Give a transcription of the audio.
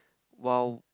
while